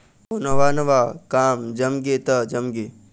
अउ नवा नवा काम जमगे त जमगे